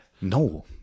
No